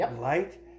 light